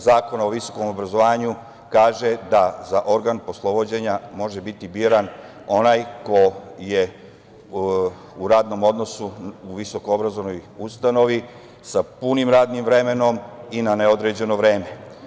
Zakona o visokom obrazovanju kaže da za organ poslovođenja može biti biran onaj ko je u radnom odnosu u visokoobrazovnoj ustanovi sa punim radnim vremenom i na neodređeno vreme.